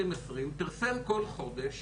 2020 פרסם כל חודש